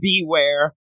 beware